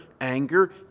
anger